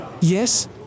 Yes